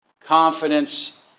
confidence